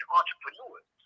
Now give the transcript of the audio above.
entrepreneurs